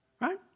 Right